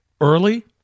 early